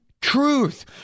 truth